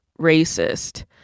racist